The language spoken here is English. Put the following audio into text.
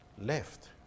left